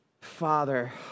Father